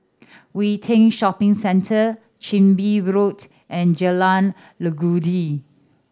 Yew Tee Shopping Centre Chin Bee Road and Jalan Legundi